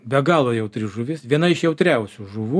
be galo jautri žuvis viena iš jautriausių žuvų